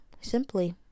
simply